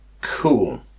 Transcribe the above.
cool